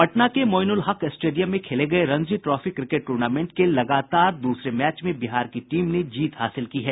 पटना के मोइनुलहक स्टेडियम में खेले गये रणजी ट्रॉफी क्रिकेट टूर्नामेंट के लगातार दूसरे मैच में बिहार की टीम ने जीत हासिल की है